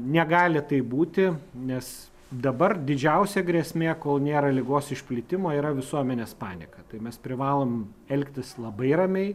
negali taip būti nes dabar didžiausia grėsmė kol nėra ligos išplitimo yra visuomenės panieka tai mes privalom elgtis labai ramiai